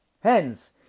Hence